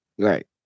Right